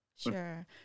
Sure